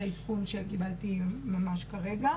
זה עדכון שקיבלתי ממש כרגע.